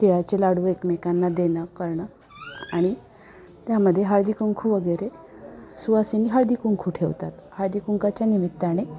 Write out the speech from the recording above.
तिळाचे लाडू एकमेकांना देणं करणं आणि त्यामध्ये हळदी कुंकू वगैरे सुवासीनी हळदी कुंकू ठेवतात हळदी कुंकाच्या निमित्ताने